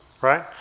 right